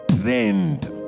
Trained